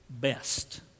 best